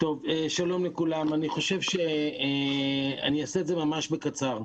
שלום לכולם, אני אעשה את זה ממש בקצר.